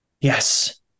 Yes